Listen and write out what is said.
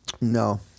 No